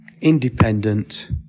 independent